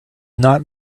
not